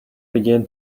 begin